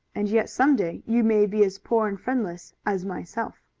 and yet some day you may be as poor and friendless as myself.